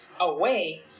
away